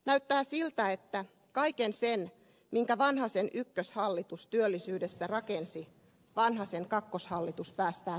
näyttää siltä että kaiken sen minkä vanhasen ykköshallitus työllisyydessä rakensi vanhasen kakkoshallitus päästää tuhoutumaan